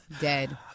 Dead